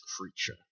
creature